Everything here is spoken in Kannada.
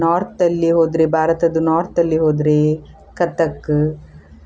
ನಾರ್ತಲ್ಲಿ ಹೋದರೆ ಭಾರತದ ನಾರ್ತಲ್ಲಿ ಹೋದ್ರೆ ಕಥಕ್